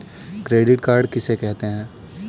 Credit card किसे कहते हैं?